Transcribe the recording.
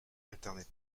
internet